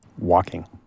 walking